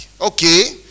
okay